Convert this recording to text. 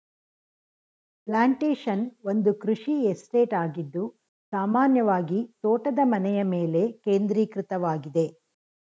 plantation ಒಂದು ಕೃಷಿ estate ಆಗಿದ್ದು ಸಾಮಾನ್ಯವಾಗಿತೋಟದ ಮನೆಯಮೇಲೆ ಕೇಂದ್ರೀಕೃತವಾಗಿದೆ